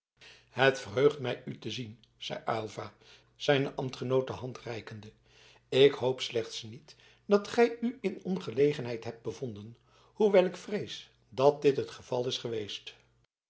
het verheugt mij u te zien zeide aylva zijnen ambtgenoot de hand reikende ik hoop slechts niet dat gij u in ongelegenheid hebt bevonden hoewel ik vrees dat dit het geval is geweest